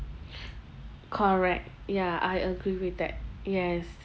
correct ya I agree with that yes